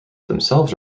themselves